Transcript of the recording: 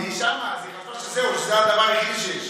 היא שם, אז היא חשבה שזהו, זה הדבר היחידי שיש.